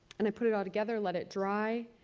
and i put it all together, let it dry,